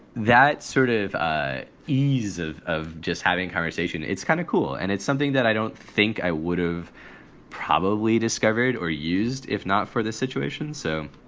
that sort of ease of of just having conversation. it's kind of cool. and it's something that i don't think i would have probably discovered or used if not for this situation so